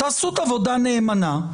תעשו את העבודה נאמנה.